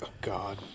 God